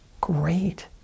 Great